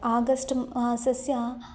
August मासस्य